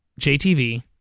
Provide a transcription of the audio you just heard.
JTV